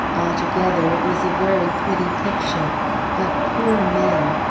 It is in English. altogether it was a very pretty picture but poor men!